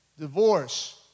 divorce